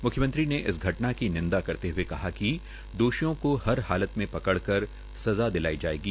मुख्यमंत्री ने इस घटना की निंदा करते हए कहा कि दोषियों को हर हालत में पकड़कर सज़ा दिलाई जायेगी